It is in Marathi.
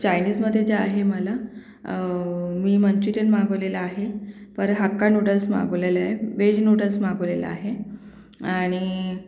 चायनीसमध्ये जे आहे मला मी मंच्युरियन मागवलेलं आहे पर हाक्का नूडल्स मागवलेले आहे वेज नूडल्स मागवलेलं आहे आणि